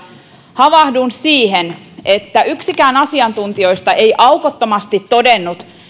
havahdun siihen että yksikään asiantuntijoista ei aukottomasti todennut